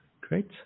Great